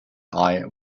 eye